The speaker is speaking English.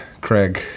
Craig